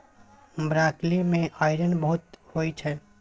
broccoli मे iron बहुत होइ छै